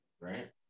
Right